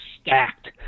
stacked